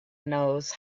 knows